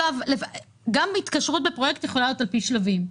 גם התקשרות בפרויקט יכולה להיות על פי שלבים,